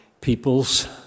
peoples